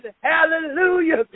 hallelujah